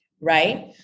right